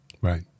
Right